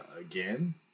again